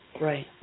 Right